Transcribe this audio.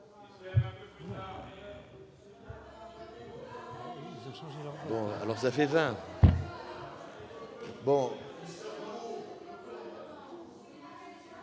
...